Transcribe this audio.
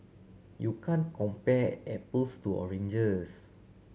you can compare apples to oranges